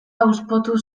hauspotu